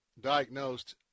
diagnosed